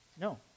No